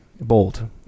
bold